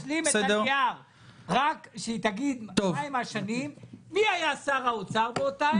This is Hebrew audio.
רק להשלים את --- רק שתגיד מי היה שר האוצר באותה עת,